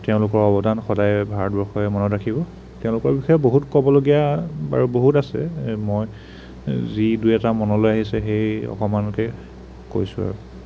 তেওঁলোকৰ অৱদান সদায় ভাৰতবৰ্ষই মনত ৰাখিব তেওঁলোকৰ বিষয়ে বহুত ক'বলগীয়া বাৰু বহুত আছে মই যি দুই এটা মনলৈ আহিছে সেই অকণমানকে কৈছোঁ আৰু